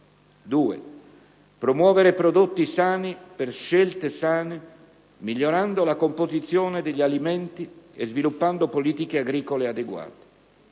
*b)*promuovere prodotti sani per scelte sane migliorando la composizione degli alimenti e sviluppando politiche agricole adeguate.